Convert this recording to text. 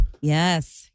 Yes